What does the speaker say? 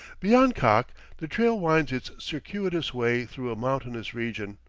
beyond kakh the trail winds its circuitous way through a mountainous region,